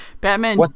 Batman